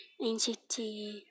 NCT